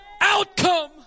outcome